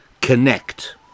connect